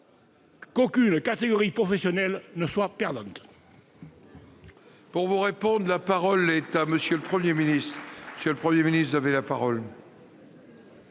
qu'aucune catégorie professionnelle ne sera perdante